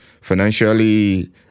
financially